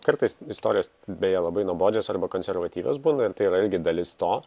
kartais istorijos beje labai nuobodžios arba konservatyvios būna ir tai yra irgi dalis to